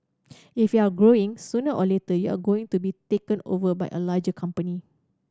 if you're growing sooner or later you are going to be taken over by a larger company